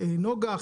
נגה,